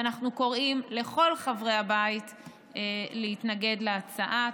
ואנחנו קוראים לכל חברי הבית להתנגד להצעה.